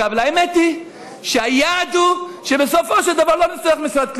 אבל האמת היא שהיעד הוא שבסופו של דבר לא משרד קליטה,